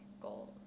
Goals